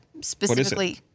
specifically